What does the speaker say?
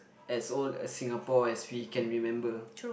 as old as Singapore as we can remember